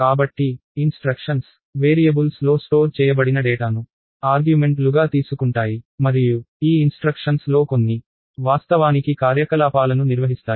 కాబట్టి సూచనలు వేరియబుల్స్లో స్టోర్ చేయబడిన డేటాను ఆర్గ్యుమెంట్లుగా తీసుకుంటాయి మరియు ఈ ఇన్స్ట్రక్షన్స్ లో కొన్ని వాస్తవానికి కార్యకలాపాలను నిర్వహిస్తాయి